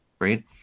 Right